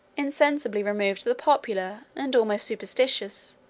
insensibly removed the popular, and almost superstitious,